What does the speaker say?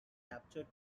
captured